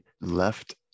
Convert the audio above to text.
left